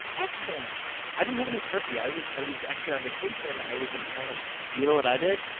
excellent i didn't have any turkey. i was i was actually on vacation. i was in panama you know what i did?